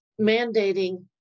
mandating